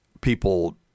people